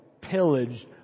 pillaged